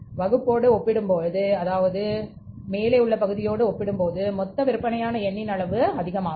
வகுப்போடு ஒப்பிடுகையில் மொத்த விற்பனையான எண்ணிக்கையின் அளவு அதிகமாகும்